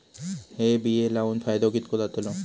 हे बिये लाऊन फायदो कितको जातलो?